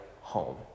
home